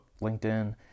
LinkedIn